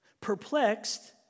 Perplexed